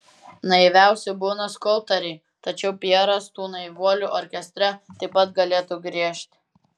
naiviausi būna skulptoriai tačiau pjeras tų naivuolių orkestre taip pat galėtų griežti